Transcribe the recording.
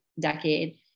decade